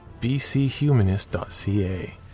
bchumanist.ca